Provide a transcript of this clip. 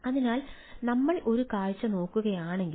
അതിനാൽ നമ്മൾഒരു കാഴ്ച നോക്കുകയാണെങ്കിൽ